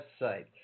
website